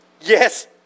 Yes